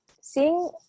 seeing